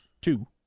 two